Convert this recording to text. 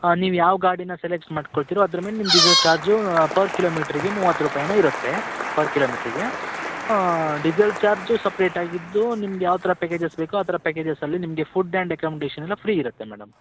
ಹಾಂ ನೀವು ಯಾವ ಗಾಡಿಯ ಸೆಲೆಕ್ಟ್ ಮಾಡಿಕೊಳ್ತಿರೋ ಅದ್ರ ಮೇಲೆ ನಿಮ್ಮ ಡೀಸೆಲ್ ಚಾರ್ಜ್ ಪರ್ ಕಿಲೋಮಿಟ್ರಿಗೆ ಮೂವತ್ತು ರೂಪಾಯಿ ಏನೋ ಇರುತ್ತೆ ಪರ್ ಕಿಲೋಮಿಟ್ರಿಗೆ ಡೀಸೆಲ್ ಚಾರ್ಜ್ ಸಪ್ರೇಟಾಗಿದ್ದು ನಿಮ್ಗೆ ಯಾವ ಥರ ಪ್ಯಾಕೇಜಸ್ ಬೇಕೋ ಆ ಥರ ಪ್ಯಾಕೇಜಸ್ ಅಲ್ಲಿ ನಿಮಗೆ ಫುಡ್ ಆ್ಯಂಡ್ ಅಕೊಮೊಡೆಶನ್ ಎಲ್ಲ ಫ್ರೀ ಇರುತ್ತೆ ಮೇಡಮ್